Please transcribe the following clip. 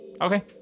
Okay